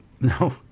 No